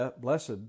Blessed